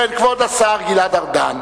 כבוד השר גלעד ארדן,